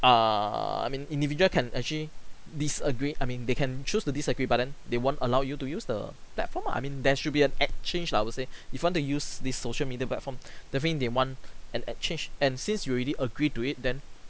err I mean individual can actually disagree I mean they can choose to disagree but then they won't allow you to use the platform ah I mean there should be an exchange lah I would say if you want to use this social media platform definitely they want an exchange and since you already agree to it then